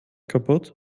kaputt